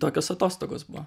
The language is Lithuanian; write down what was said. tokios atostogos buvo